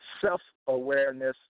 Self-awareness